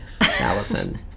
Allison